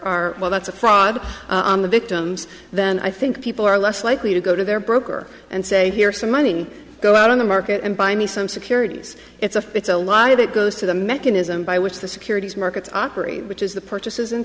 re well that's a profit on the victims then i think people are less likely to go to their broker and say here are some money go out on the market and buy me some securities it's a it's a lot of it goes to the mechanism by which the securities markets operate which is the purchases